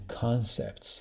concepts